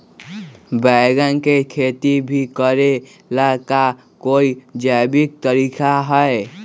बैंगन के खेती भी करे ला का कोई जैविक तरीका है?